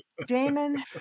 Damon